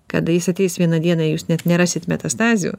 kada jis ateis vieną dieną jūs net nerasit metastazių